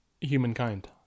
humankind